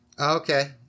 Okay